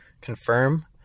confirm